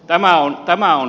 tämä on surkeaa